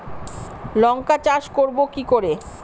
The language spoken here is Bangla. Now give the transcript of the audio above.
লঙ্কা চাষ করব কি করে?